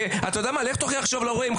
לך תוכיח עכשיו להורים,